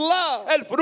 love